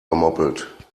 gemoppelt